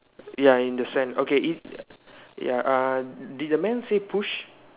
ya in the sand okay if ya uh did the man say push